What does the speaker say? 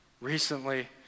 Recently